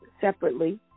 separately